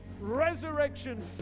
resurrection